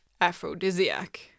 aphrodisiac